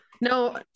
No